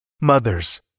mothers